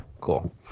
cool